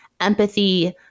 empathy